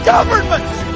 Governments